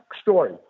story